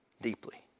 deeply